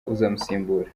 uzamusimbura